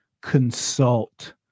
consult